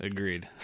Agreed